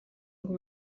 ngo